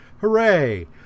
Hooray